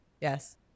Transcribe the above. Yes